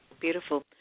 Beautiful